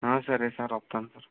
సరే సార్ వస్తాను